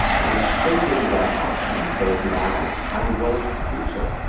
and shaping their actions both now and well into the future.